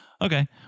okay